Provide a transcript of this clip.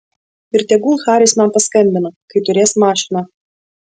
ir tegul haris man paskambina kai turės mašiną